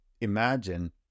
imagine